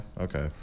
okay